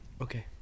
Okay